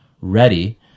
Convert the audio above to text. ready